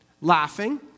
laughing